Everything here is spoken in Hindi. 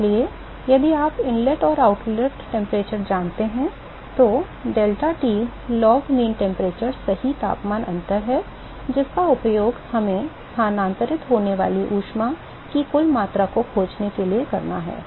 इसलिए यदि आप इनलेट और आउटलेट तापमान जानते हैं तो डेल्टा लॉग माध्य तापमान सही तापमान अंतर है जिसका उपयोग हमें स्थानांतरित होने वाली ऊष्मा की कुल मात्रा को खोजने के लिए करना है